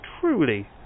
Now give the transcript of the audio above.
truly